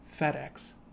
FedEx